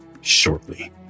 shortly